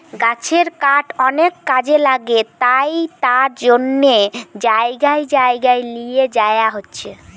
গাছের কাঠ অনেক কাজে লাগে তাই তার জন্যে জাগায় জাগায় লিয়ে যায়া হচ্ছে